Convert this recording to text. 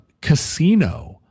casino